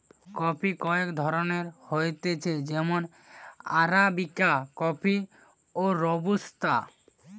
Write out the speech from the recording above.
coffee কয়েক ধরণের হতিছে যেমন আরাবিকা কফি, রোবুস্তা